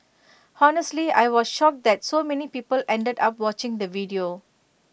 honestly I was shocked that so many people ended up watching the video